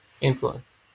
influence